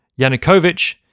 Yanukovych